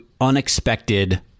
unexpected